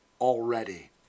Already